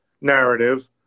narrative